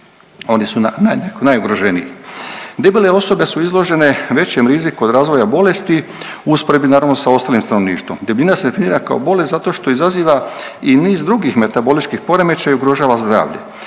oni su najugroženiji. Debele osobe su izložene većem riziku od razvoja bolesti u usporedbi naravno sa ostalim stanovništvom. Debljina se definira kao bolest zato što izaziva i niz drugih metaboličkih poremećaja i ugrožava zdravlje.